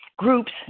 Groups